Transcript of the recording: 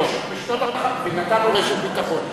ונתנו רשת ביטחון.